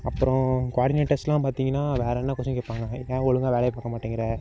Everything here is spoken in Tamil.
அப்பறம் கோஆர்டினேட்டர்ஸ்லாம் பார்த்திங்கனா வேறே என்ன கொஷின் கேட்பாங்கனா இப்போ ஏன் ஒழுங்காக வேலையை பார்க்க மாட்டேங்கிற